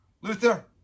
Luther